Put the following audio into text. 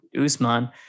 Usman